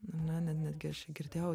na net netgi aš čia girdėjau